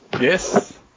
yes